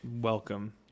Welcome